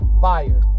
fire